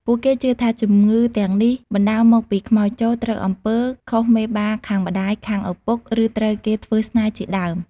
ពួកគេជឿថាជំងឺទាំងនេះបណ្តាលមកពីខ្មោចចូល ត្រូវអំពើ ខុសមេបាខាងម្តាយ ខាងឪពុក ឬត្រូវគេធ្វើស្នេហ៍ជាដើម។